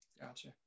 Gotcha